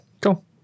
cool